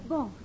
Bon